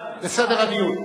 לסדר הדיון.